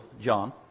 John